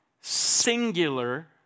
singular